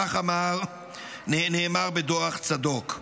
כך נאמר בדוח צדוק.